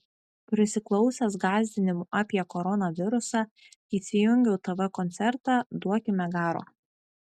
prisiklausęs gąsdinimų apie koronavirusą įsijungiau tv koncertą duokime garo